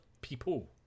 people